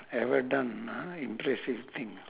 ever done ah impressive thing